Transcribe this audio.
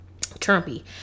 Trumpy